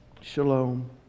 shalom